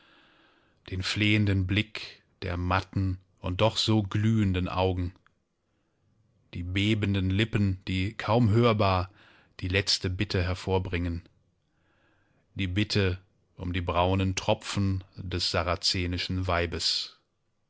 den flehenden blick der matten und doch so glühenden augen die bebenden lippen die kaum hörbar die letzte bitte hervorbringen die bitte um die braunen tropfen des sarazenischen weibes